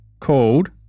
called